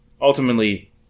ultimately